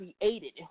created